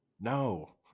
No